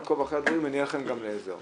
אני אעקוב אחרי הדברים, אני אהיה לכם גם לעזר.